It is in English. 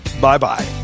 Bye-bye